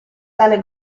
tale